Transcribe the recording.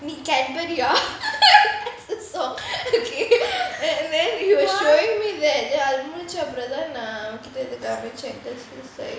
நீ:nee Cadbury ah that's the song okay and then he was showing me that then எந்திரிச்ச அப்புறம்தான்:enthiricha appuramthaan double check this first like